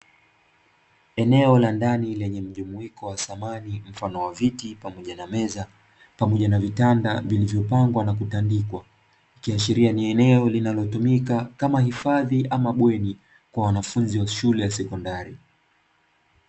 Eneo la ndani lenye mjumuiko wa samani wenye mfano wa viti pamoja meza pamoja na vitanda vilivyo pangwa na kutandika ikiashiria ni eneo linalo tumika kama hifadhi ama bweni kwa wanafunzi wa shule ya sekondari.